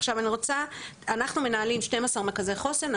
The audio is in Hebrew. עכשיו, אני רוצה, אנחנו מנהלים 12 מרכזי חוסן.